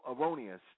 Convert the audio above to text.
erroneous